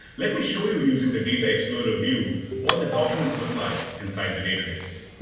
let me show you using the data explorer view what the documents look like inside the database.